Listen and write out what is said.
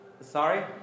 Sorry